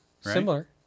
Similar